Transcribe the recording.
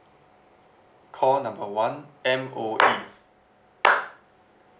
call number one M_O_E